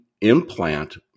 implant